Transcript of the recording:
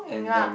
Hui-Ying lah